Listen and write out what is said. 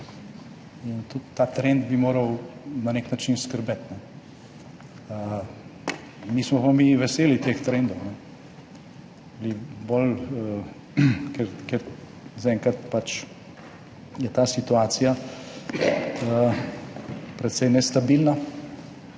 In tudi ta trend bi moral na nek način skrbeti. Nismo pa mi veseli teh trendov, ker je zaenkrat ta situacija precej nestabilna